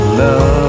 love